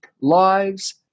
Lives